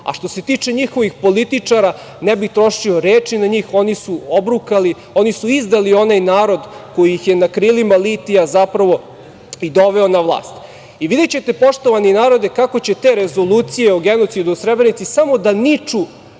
a što se tiče njihovih političara ne bih trošio reči na njih, oni su obrukali, oni su izdali onaj narod koji ih je na krilima litija zapravo i doveo na vlast. Videćete, poštovani narode, kako će te rezolucije o genocidu u Srebrenici samo da niču